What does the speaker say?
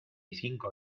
cinco